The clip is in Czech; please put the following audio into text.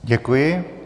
Děkuji.